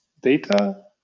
data